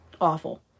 awful